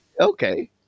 okay